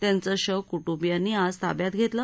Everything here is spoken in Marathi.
त्यांचं शव कुटुंबियांनी आज ताब्यात घेतलं